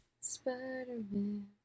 Spider-Man